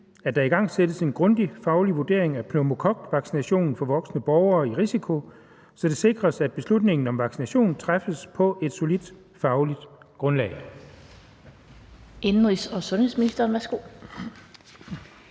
at der igangsættes en grundig faglig vurdering af pneumokokvaccination for voksne borgere i risiko, så det sikres, at beslutning om vaccination træffes på et solidt fagligt grundlag?